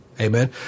Amen